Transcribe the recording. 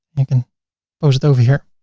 you can post it over here.